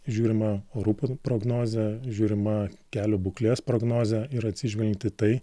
žiūrima orų prognozė žiūrima kelio būklės prognozė ir atsižvelgiant į tai